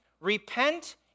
repent